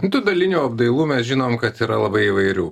tų dalinių apdailų mes žinom kad yra labai įvairių